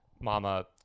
Mama